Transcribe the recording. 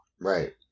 right